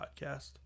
podcast